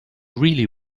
really